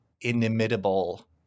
inimitable